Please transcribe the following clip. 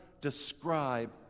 describe